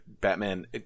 Batman